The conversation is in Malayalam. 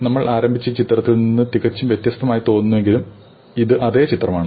നമ്മൾ ആരംഭിച്ച ഈ ചിത്രത്തിൽ നിന്ന് തികച്ചും വ്യത്യസ്തമായി തോന്നുന്നുവെങ്കിലും ഇത് അതേ ചിത്രമാണ്